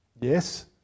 Yes